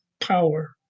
power